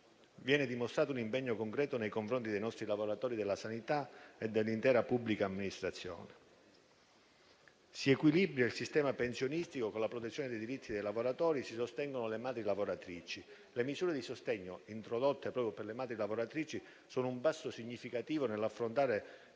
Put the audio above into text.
Viene dimostrato un impegno concreto nei confronti dei nostri lavoratori della sanità e dell'intera pubblica amministrazione. Si equilibra il sistema pensionistico con la protezione dei diritti dei lavoratori e si sostengono le madri lavoratrici. Le misure di sostegno introdotte proprio per le madri lavoratrici sono un passo significativo nell'affrontare